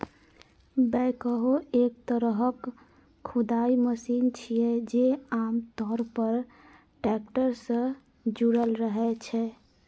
backhoe एक तरहक खुदाइ मशीन छियै, जे आम तौर पर टैक्टर सं जुड़ल रहै छै